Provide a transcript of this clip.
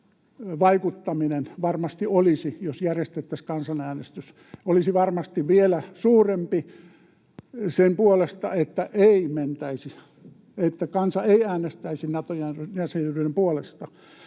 vaikuttaminen — jos järjestettäisiin kansanäänestys — olisi varmasti vielä suurempi sen puolesta, että ei mentäisi, että kansa ei äänestäisi Nato-jäsenyyden puolesta.